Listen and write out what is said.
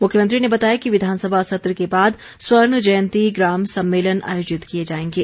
मुख्यमंत्री ने बताया कि विधानसभा सत्र के बाद स्वर्ण जयंती ग्राम सम्मेलन आयोजित किए जाएंगे